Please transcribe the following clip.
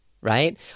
right